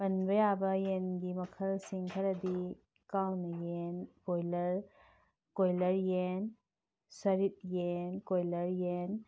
ꯄꯟꯕ ꯌꯥꯕ ꯌꯦꯟꯒꯤ ꯃꯈꯜꯁꯤꯡ ꯈꯔꯗꯤ ꯀꯥꯎꯅ ꯌꯦꯟ ꯀꯣꯏꯂꯔ ꯀꯣꯏꯂꯔ ꯌꯦꯟ ꯁꯔꯤꯠ ꯌꯦꯟ ꯀꯣꯏꯂꯔ ꯌꯦꯟ